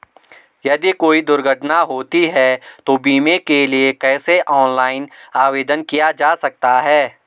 यदि कोई दुर्घटना होती है तो बीमे के लिए कैसे ऑनलाइन आवेदन किया जा सकता है?